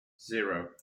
zero